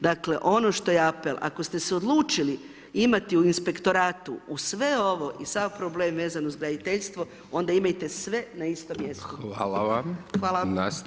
Dakle, ono što je apel, ako ste se odlučili imati u inspektoratu uz sve ovo i sav problem vezan uz graditeljstvo, onda imajte sve na istom mjestu.